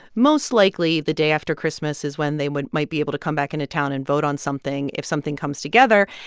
most likely the day after christmas is when they would might be able to come back into town and vote on something if something comes together.